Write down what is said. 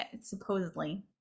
supposedly